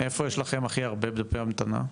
איפה יש לכם הכי הרבה דפי המתנה?